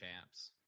champs